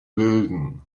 bilden